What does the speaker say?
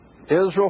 Israel